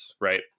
right